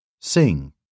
Sing